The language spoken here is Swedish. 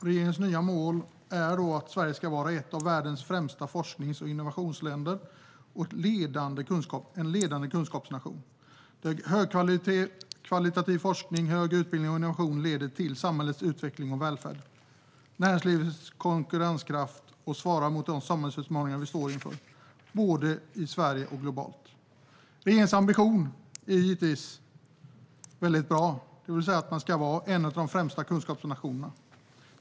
Regeringens nya mål är att Sverige ska vara ett av världens främsta forsknings och innovationsländer och en ledande kunskapsnation, där högkvalitativ forskning, högre utbildning och innovation leder till samhällets utveckling och välfärd och näringslivets konkurrenskraft och svarar mot de samhällsutmaningar vi står inför, både i Sverige och globalt. Regeringens ambition, det vill säga att Sverige ska vara en av de främsta kunskapsnationerna, är givetvis väldigt bra.